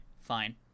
fine